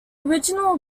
original